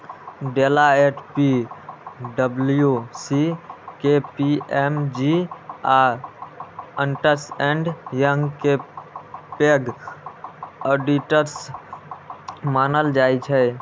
Deloitte, पी.डब्ल्यू.सी, KPMG आ Ernst and Young कें पैघ ऑडिटर्स मानल जाइ छै